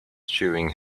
chewing